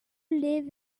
live